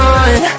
on